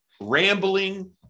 rambling